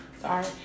Sorry